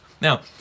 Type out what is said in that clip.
Now